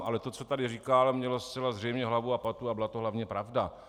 Ale to, co tady říkal, mělo zcela zřejmě hlavu a patu a byla to hlavně pravda.